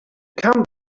come